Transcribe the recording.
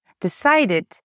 decided